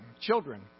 children